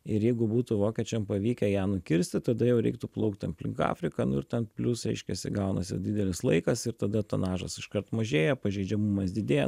ir jeigu būtų vokiečiam pavykę ją nukirsti tada jau reiktų plaukt ten aplink afriką nu ir ten plius reiškiasi gaunasi didelis laikas ir tada tonažas iškart mažėja pažeidžiamumas didėja